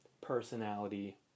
personality